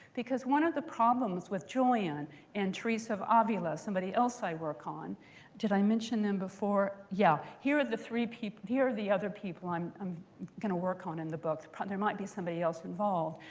because one of the problems with julian and teresa of avila, somebody else i work on did i mention them before? yeah, here are the three people here are the other people i'm um going to work on in the book. there might be somebody else involved.